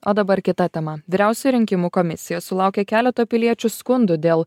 o dabar kita tema vyriausia rinkimų komisija sulaukė keleto piliečių skundų dėl